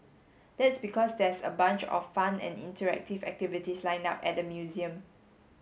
that's because there's a bunch of fun and interactive activities lined up at the museum